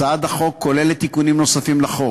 הצעת החוק כוללת תיקונים נוספים לחוק,